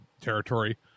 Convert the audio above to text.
territory